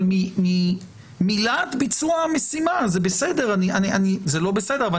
אבל מלהט ביצוע המשימה זה בסדר; זה לא בסדר; אבל